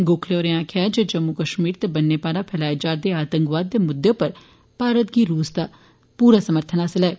गोखले होरें आक्खेआ जे जम्मू कष्मीर ते बन्ने पारा फैलाए जा'रदे आतंकवाद दे मुद्दे पर भारत गी रूस दा पूरा समर्थन हासल ऐ